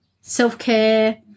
self-care